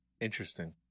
Interesting